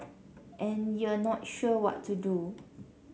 and you're not sure what to do